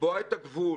לקבוע את הגבול